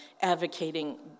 advocating